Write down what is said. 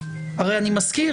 הרי אני מזכיר,